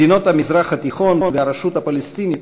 מדינות המזרח התיכון והרשות הפלסטינית,